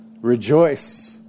Rejoice